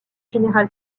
général